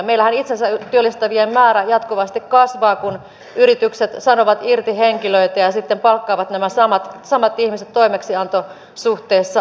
meillähän itsensä työllistävien määrä jatkuvasti kasvaa kun yritykset sanovat irti henkilöitä ja sitten palkkaavat nämä samat ihmiset toimeksiantosuhteessa takaisin